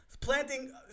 planting